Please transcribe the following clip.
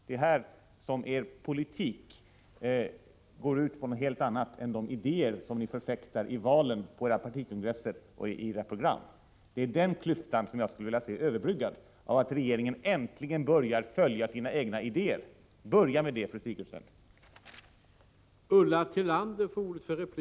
Det är här som er politik går ut på något helt annat än de idéer som ni förfäktar inför val, på era partikongresser och i era program. Det är den klyftan som jag skulle vilja se överbryggad, så att regeringen äntligen börjar följa sina egna idéer. Börja med det, fru Sigurdsen!